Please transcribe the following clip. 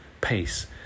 pace